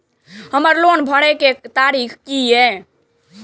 हमर लोन भरए के तारीख की ये?